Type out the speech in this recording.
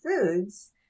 foods